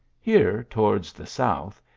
here, towards the south,